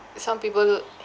some people